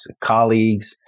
colleagues